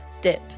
dip